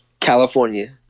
California